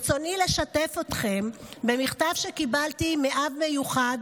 ברצוני לשתף אתכם במכתב שקיבלתי מאב מיוחד,